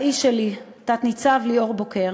האיש שלי, תת-ניצב ליאור בוקר,